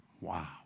Wow